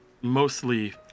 mostly